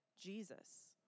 Jesus